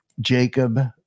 Jacob